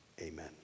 Amen